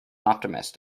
optimistic